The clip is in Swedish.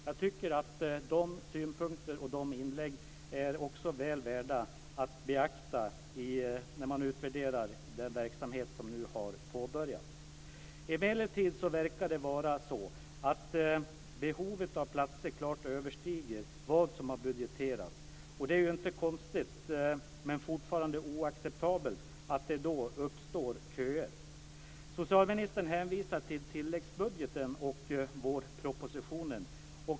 Jag tycker att de synpunkterna och de inläggen också är väl värda att beakta när man utvärderar den verksamhet som nu har påbörjats. Emellertid verkar det vara så att behovet av platser klart överstiger det behov som man har budgeterat för. Det är inte konstigt, men fortfarande oacceptabelt, att det då uppstår köer. Socialministern hänvisar till tilläggsbudgeten och vårpropositionen.